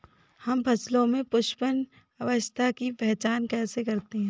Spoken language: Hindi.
हम फसलों में पुष्पन अवस्था की पहचान कैसे करते हैं?